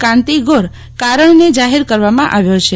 કાન્તિ ગોર કારણને જાહેર કરવામાં આવ્યો છે